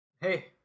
Hey